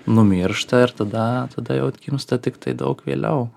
numiršta ir tada tada jau atgimsta tiktai daug vėliau